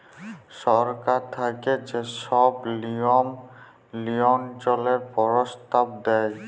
সরকার থ্যাইকে যে ছব লিয়ম লিয়ল্ত্রলের পরস্তাব দেয়